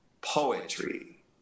poetry